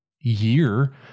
year